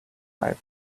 arrived